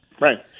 right